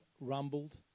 rumbled